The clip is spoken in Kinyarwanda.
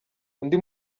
undi